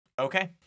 Okay